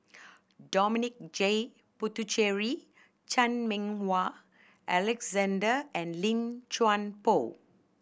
Dominic J Puthucheary Chan Meng Wah Alexander and Lim Chuan Poh